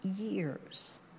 years